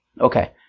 Okay